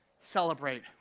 Celebrate